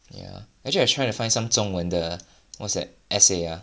ya actually I trying to find some 中文的 what's that essay ah